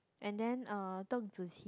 and the uh Deng-Zi-Qi